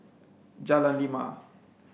Jalan Lima